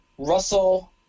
Russell